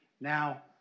Now